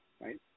right